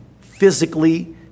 physically